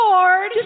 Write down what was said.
Lord